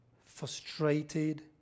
frustrated